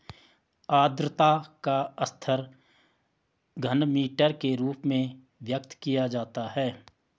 आद्रता का स्तर घनमीटर के रूप में व्यक्त किया जाता है